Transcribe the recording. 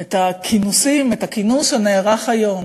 את הכינוס שנערך היום